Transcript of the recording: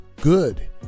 good